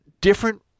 different